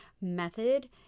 Method